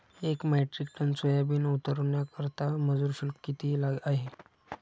एक metric tonne soybean उतरवण्याकरता मजूर शुल्क किती आहे?